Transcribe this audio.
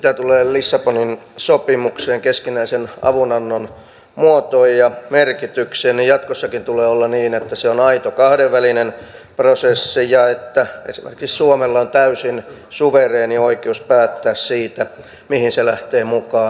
mitä tulee lissabonin sopimukseen keskinäisen avunannon muotoon ja merkitykseen niin jatkossakin tulee olla niin että se on aito kahdenvälinen prosessi ja että esimerkiksi suomella on täysin suvereeni oikeus päättää siitä mihin se lähtee mukaan